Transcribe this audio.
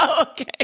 Okay